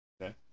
Okay